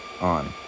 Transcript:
on